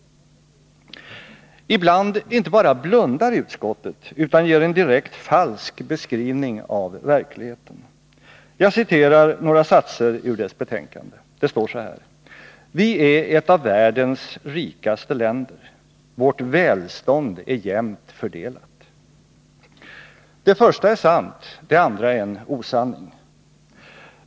Ibland inte bara blundar utskottet, utan ger en direkt falsk beskrivning av verkligheten. Jag citerar ett par satser ur dess betänkande: ”Vi är ett av världens rikaste länder. Vårt välstånd är jämnt fördelat.” Det första är sant, det andra en osanning.